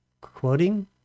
quoting